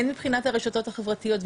הן מבחינת הרשתות החברתיות,